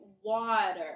water